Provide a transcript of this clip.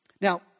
Now